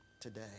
today